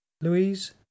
louise